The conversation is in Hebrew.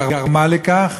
גרמה לכך